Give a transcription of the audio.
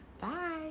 Bye